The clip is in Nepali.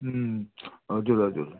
उम् हजुर हजुर